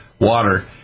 water